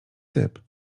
typ